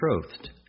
betrothed